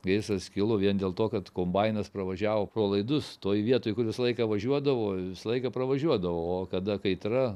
gaisras kilo vien dėl to kad kombainas pravažiavo pro laidus toj vietoj kur visą laiką važiuodavo visą laiką pravažiuodavo o kada kaitra